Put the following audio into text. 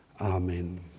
Amen